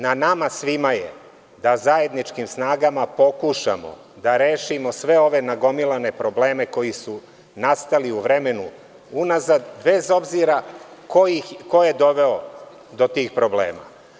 Na nama svima je da zajedničkim snagama pokušamo da rešimo sve ove nagomilane probleme koji su nastali u vremenu unazad, bez obzira koje doveo do tih problema.